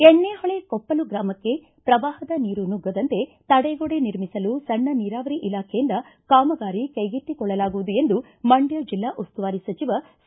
ಎಣ್ಣೆಹೊಳೆ ಕೊಪ್ಪಲು ಗ್ರಾಮಕ್ಕೆ ಪ್ರವಾಹದ ನೀರು ನುಗ್ಗದಂತೆ ತಡೆಗೋಡೆ ನಿರ್ಮಿಸಲು ಸಣ್ಣ ನೀರಾವರಿ ಇಲಾಖೆಯಿಂದ ಕಾಮಗಾರಿ ಕೈಗೆತ್ತಿಕೊಳ್ಳಲಾಗುವುದು ಎಂದು ಮಂಡ್ಕ ಜಿಲ್ಲಾ ಉಸ್ತುವಾರಿ ಸಚಿವ ಸಿ